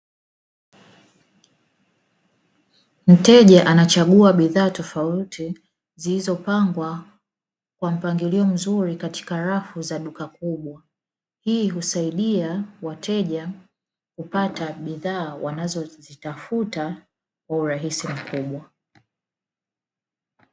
Mteja anachagua bidhaa tofauti zilizopangwa kwa mpangilio mzuri, katika rafu za duka kubwa. Hii husaidia wateja kupata bidhaa wanazozitafuta kwa urahisi mkubwa.